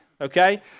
okay